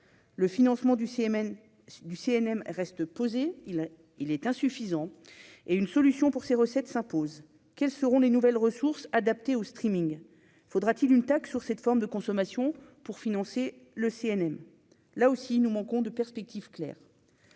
le financement du CMN du CNM reste posée, il a, il est insuffisant et une solution pour ces recettes s'impose : quelles seront les nouvelles ressources adaptées au streaming, faudra-t-il une taxe sur cette forme de consommation pour financer le CNM, là aussi, nous manquons de perspectives claires,